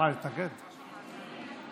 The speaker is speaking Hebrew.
תגובה אליה.